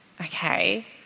Okay